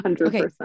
okay